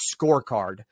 scorecard